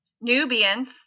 Nubians